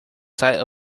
sight